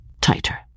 Tighter